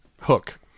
Hook